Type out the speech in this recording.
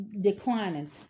declining